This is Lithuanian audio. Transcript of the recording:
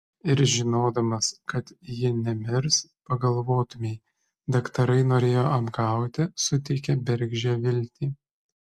ir žinodamas kad ji nemirs pagalvotumei daktarai norėjo apgauti suteikė bergždžią viltį